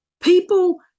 people